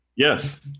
Yes